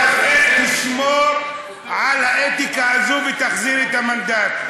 תשמור על האתיקה הזאת ותחזיר את המנדט.